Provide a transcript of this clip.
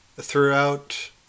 throughout